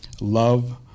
Love